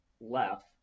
left